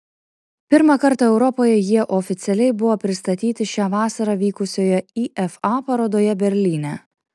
pirmą kartą europoje jie oficialiai buvo pristatyti šią vasarą vykusioje ifa parodoje berlyne